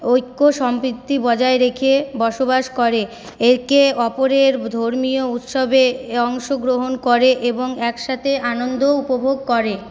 ঐক্য সমৃদ্ধি বজায় রেখে বসবাস করে একে অপরের ধর্মীয় উৎসবে অংশগ্রহণ করে এবং একসাথে আনন্দও উপভোগ করে